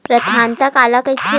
प्रदाता काला कइथे?